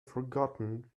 forgotten